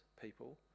people